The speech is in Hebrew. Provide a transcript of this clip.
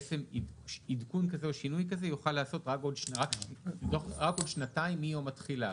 בעצם עדכון או שינוי כזה אתם תוכלו לעשות רק בעוד שנתיים מיום התחילה.